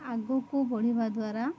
ଆଗକୁ ବଢ଼ିବା ଦ୍ୱାରା